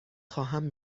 خواهم